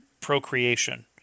procreation